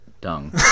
dung